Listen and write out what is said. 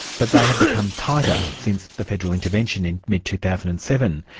but they have become tighter since the federal intervention in mid two thousand and seven,